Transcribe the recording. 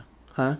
!huh!